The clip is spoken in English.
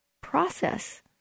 process